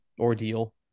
ordeal